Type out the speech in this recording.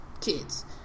kids